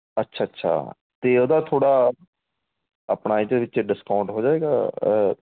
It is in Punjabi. ਅੱਛਾ ਅੱਛਾ ਅਤੇ ਉਹਦਾ ਥੋੜ੍ਹਾ ਆਪਣਾ ਇਹਦੇ ਵਿੱਚ ਡਿਸਕਾਊਂਟ ਹੋ ਜਾਏਗਾ